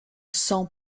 sang